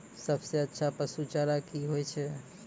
सबसे अच्छा पसु चारा की होय छै?